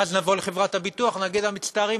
ואז נבוא לחברת הביטוח ונגיד לה: מצטערים,